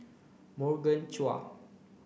Morgan Chua